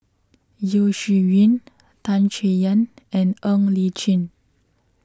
Yeo Shih Yun Tan Chay Yan and Ng Li Chin